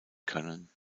können